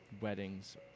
weddings